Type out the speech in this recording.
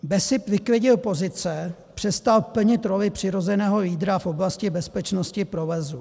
BESIP vyklidil pozice, přestal plnit roli přirozeného lídra v oblasti bezpečnosti provozu.